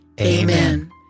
Amen